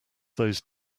those